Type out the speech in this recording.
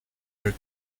her